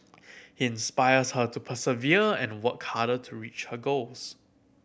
he inspires her to persevere and work harder to reach her goals